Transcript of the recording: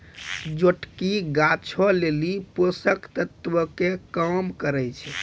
जोटकी गाछो लेली पोषक तत्वो के काम करै छै